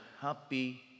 happy